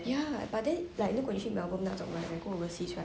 ya but then like 如果你去 melbourne 那种 like go overseas right